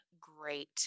great